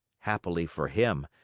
happily for him,